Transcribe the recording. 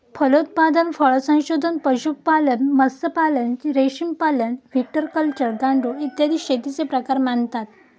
फलोत्पादन, फळसंवर्धन, पशुपालन, मत्स्यपालन, रेशीमपालन, व्हिटिकल्चर, गांडूळ, इत्यादी शेतीचे प्रकार मानतात